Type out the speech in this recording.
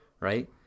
right